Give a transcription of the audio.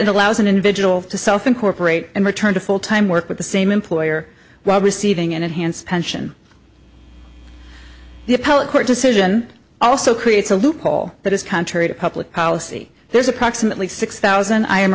yet allows an individual to self incorporate and return to full time work with the same employer while receiving an enhanced pension the appellate court decision also creates a loophole that is contrary to public policy there's approximately six thousand i am